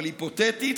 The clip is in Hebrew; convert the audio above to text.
אבל היפותטית,